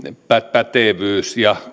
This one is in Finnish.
pätevyys ja